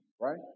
right